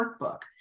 workbook